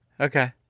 okay